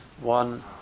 one